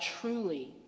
truly